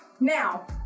Now